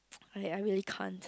okay I really can't